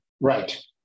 Right